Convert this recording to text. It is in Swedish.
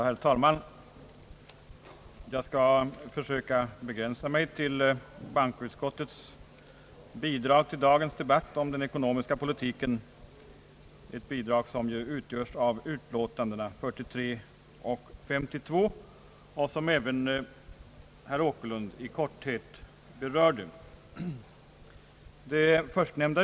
Herr talman! Jag skall försöka begränsa mig till bankoutskottets bidrag till dagens debatt om den ekonomiska politiken, ett bidrag som ju utgörs av utlåtandena nr 43 och 352, vilka även herr Åkerlund i korthet har berört.